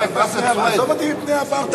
עזוב אותי מפני עבר,